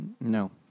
No